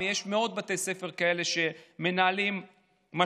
יש מאות בתי ספר כאלה שמנהלים משקיעים,